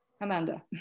Amanda